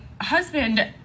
husband